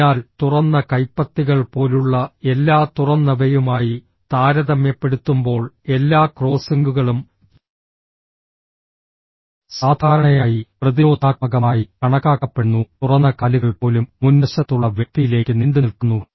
അതിനാൽ തുറന്ന കൈപ്പത്തികൾ പോലുള്ള എല്ലാ തുറന്നവയുമായി താരതമ്യപ്പെടുത്തുമ്പോൾ എല്ലാ ക്രോസിംഗുകളും സാധാരണയായി പ്രതിരോധാത്മകമായി കണക്കാക്കപ്പെടുന്നു തുറന്ന കാലുകൾ പോലും മുൻവശത്തുള്ള വ്യക്തിയിലേക്ക് നീണ്ടുനിൽക്കുന്നു